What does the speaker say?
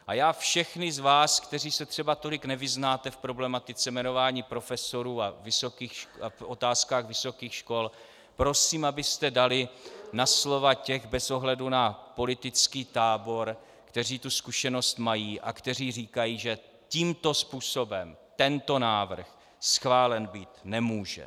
A já všechny z vás, kteří se třeba tolik nevyznáte v problematice jmenování profesorů a otázkách vysokých škol, prosím, abyste dali na slova těch, bez ohledu na politický tábor, kteří tu zkušenost mají a kteří říkají, že tímto způsobem tento návrh schválen být nemůže.